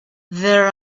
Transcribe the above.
their